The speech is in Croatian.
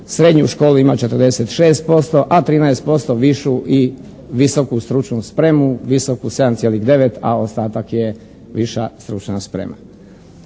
Srednju školu ima 46%, a 13% višu i visoku stručnu spremu. Visoku 7,9 a ostatak je viša stručna sprema.